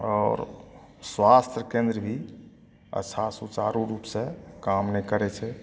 आओर स्वास्थ केन्द्र भी अच्छा सुचारु रूप से काम नहि करै छै